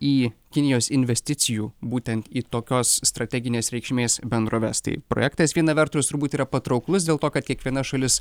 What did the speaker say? į kinijos investicijų būtent į tokios strateginės reikšmės bendroves tai projektas viena vertus turbūt yra patrauklus dėl to kad kiekviena šalis